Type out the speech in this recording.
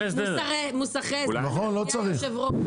למה בכלל צריך מוסכי הסדר, אדוני היושב ראש?